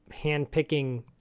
handpicking